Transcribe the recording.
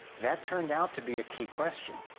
that turned out to be a key question,